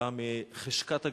בא מחשכת הגלות.